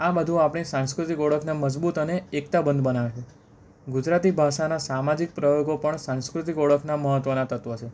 આ બધું આપણી સાંસ્કૃતિક ઓળખને મજબૂત અને એકતાબંધ બનાવે છે ગુજરાતી ભાષાના સામાજિક પ્રયોગો પણ સાંસ્કૃતિક ઓળખના મહત્ત્વના તત્વ છે